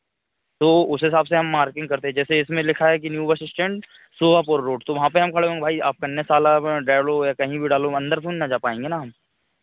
तो उस हिसाब से हम मार्किंग करते हैं जैसे इसमें लिखा है कि new bus stand Suhagpur road तो वहाँ पर हम खड़े होंगे भाई आपका कन्या साला डालो या कहीं भी डालो अंदर थोड़ी ना जा पाएँगे ना हम